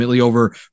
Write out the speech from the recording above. over